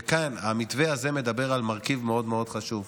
וכן, המתווה הזה מדבר על מרכיב מאוד, מאוד חשוב.